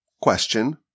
question